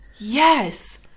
Yes